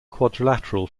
quadrilateral